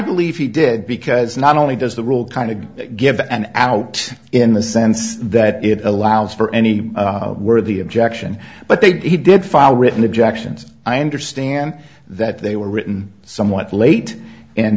believe he did because not only does the rule kind of give and out in the sense that it allows for any worthy objection but they did he did file written objections i understand that they were written somewhat late and